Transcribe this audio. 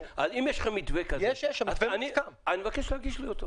אם יש לכם מתווה כזה, אני מבקש להגיש לי אותו.